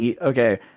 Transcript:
okay